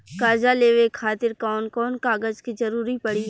कर्जा लेवे खातिर कौन कौन कागज के जरूरी पड़ी?